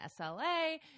SLA